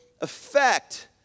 effect